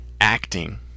acting